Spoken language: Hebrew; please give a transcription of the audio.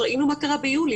ראינו מה קרה ביולי.